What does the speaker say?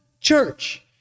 church